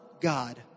God